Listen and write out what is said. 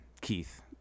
Keith